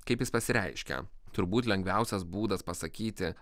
kaip jis pasireiškia turbūt lengviausias būdas pasakyti